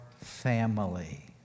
family